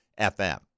FM